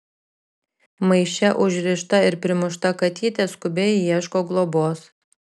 maiše užrišta ir primušta katytė skubiai ieško globos